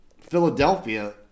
Philadelphia